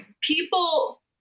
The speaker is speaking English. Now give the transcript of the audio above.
people